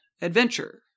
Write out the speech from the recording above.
adventure